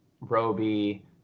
Roby